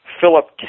Philip